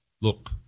Look